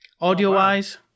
Audio-wise